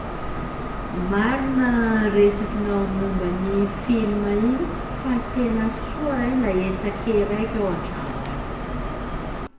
"Marina resakinao momban'ny filma igny fa tena soa raha igny la hetsaky hehy raiky aho an-tragno ato.